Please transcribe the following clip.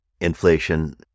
Inflation